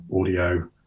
audio